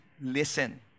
listen